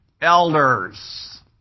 elders